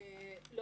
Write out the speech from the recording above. בבקשה.